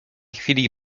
chwili